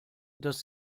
dass